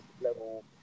level